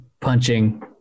punching